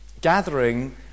gathering